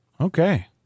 Okay